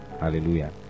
Hallelujah